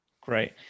great